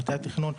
מטה התכנון.